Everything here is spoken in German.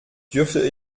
dürfte